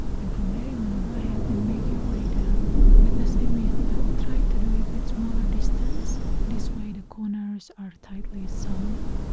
and from there you want to go ahead and make your way down with the same method try to do it with smaller distance this way the corners are tightly sewn.